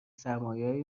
سرمایههای